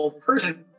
person